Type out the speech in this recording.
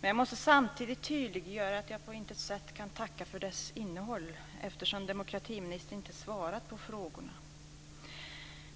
Men jag måste samtidigt tydliggöra att jag på intet sätt kan tacka för dess innehåll, eftersom demokratiministern inte svarat på frågorna. Fru talman!